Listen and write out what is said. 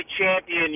champion